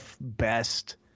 best